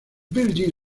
virgin